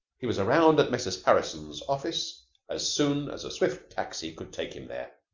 he was around at messrs. harrison's office as soon as a swift taxi could take him there.